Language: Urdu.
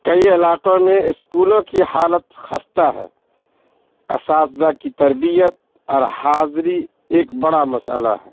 کئی علاقوں میں اسکولوں کی حالت خستہ ہے اساتذہ کی تربیت اور حاضری ایک بڑا مسئلہ ہے